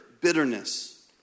bitterness